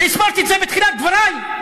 והסברתי את זה בתחילת דברי?